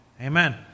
Amen